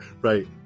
Right